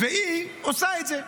והיא עושה את זה.